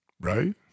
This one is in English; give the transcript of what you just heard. Right